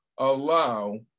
Allow